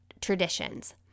traditions